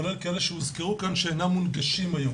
כולל כאלה שהוזכרו כאן, שאינם מונגשים היום.